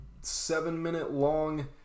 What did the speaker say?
seven-minute-long